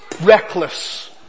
reckless